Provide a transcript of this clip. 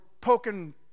poking